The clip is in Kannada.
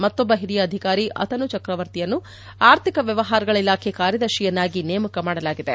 ಮತ್ತೊಬ್ಬ ಹಿರಿಯ ಅಧಿಕಾರಿ ಅತನು ಚಕ್ರವರ್ತಿಯನ್ನು ಆರ್ಥಿಕ ವ್ಯವಹಾರಗಳ ಇಲಾಬೆ ಕಾರ್ಯದರ್ಶಿಯನ್ನಾಗಿ ನೇಮಕ ಮಾಡಲಾಗಿದೆ